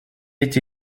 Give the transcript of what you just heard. эти